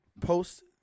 post